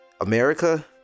America